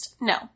no